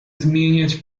zmieniać